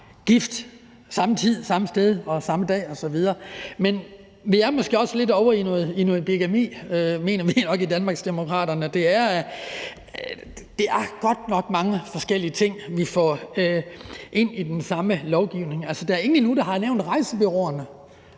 gift samme tid, samme sted og samme dag osv., men vi er måske også lidt ovre i noget bigami, mener vi nok i Danmarksdemokraterne det er. Det er godt nok mange forskellige ting, vi får ind i den samme lovgivning. Der er ingen endnu, der har nævnt rejsebureauerne,